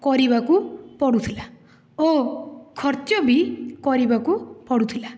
କରିବାକୁ ପଡ଼ୁଥିଲା ଓ ଖର୍ଚ୍ଚ ବି କରିବାକୁ ପଡ଼ୁଥିଲା